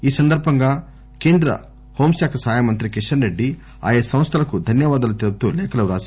ఈ సందర్భంగా కేంద్ర హోంశాఖ సహాయమంత్రి కిషన్ రెడ్డి ఆయా సంస్థలకు ధన్యవాదాలు తెలుపుతూ లేఖలు రాశారు